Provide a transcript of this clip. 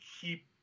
keep